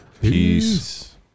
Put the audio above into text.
Peace